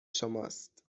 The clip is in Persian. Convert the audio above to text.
شماست